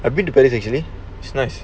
I've been to paris actually it's nice